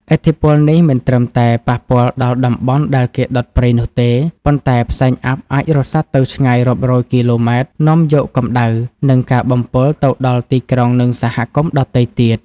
ឥទ្ធិពលនេះមិនត្រឹមតែប៉ះពាល់ដល់តំបន់ដែលគេដុតព្រៃនោះទេ ប៉ុន្តែផ្សែងអ័ព្ទអាចរសាត់ទៅឆ្ងាយរាប់រយគីឡូម៉ែត្រ នាំយកកម្ដៅ និងការបំពុលទៅដល់ទីក្រុង និងសហគមន៍ដទៃទៀត។